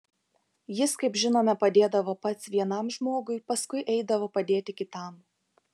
jis kaip žinome padėdavo pats vienam žmogui paskui eidavo padėti kitam